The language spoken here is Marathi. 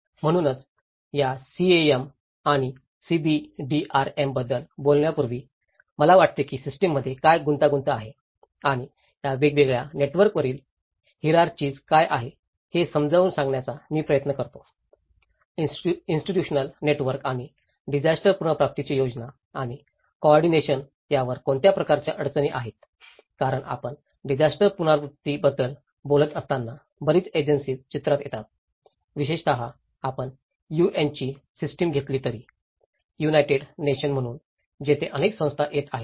म्हणूनच या सीएएम आणि सीबीडीआरएम बद्दल बोलण्यापूर्वी मला वाटते की सिस्टममध्ये काय गुंतागुंत आहे आणि या वेगवेगळ्या नेटवर्कवरील हिरार्चिजस काय आहेत हे समजावून सांगण्याचा मी प्रयत्न करतो इन्स्टिट्यूशनल नेटवर्क आणि डिजास्टर पुनर्प्राप्तीची योजना आणि कोऑर्डिनेशन यावर कोणत्या प्रकारच्या अडचणी आहेत कारण आपण डिजास्टर पुनर्प्राप्तीबद्दल बोलत असताना बरीच एजन्सीज चित्रात येतात विशेषत आपण यूएन ची सिस्टिम घेतली तरी यूनाइडेड नेशन म्हणून तेथे अनेक संस्था येत आहेत